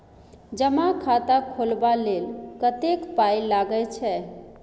जमा खाता खोलबा लेल कतेक पाय लागय छै